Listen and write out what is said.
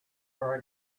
are